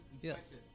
Yes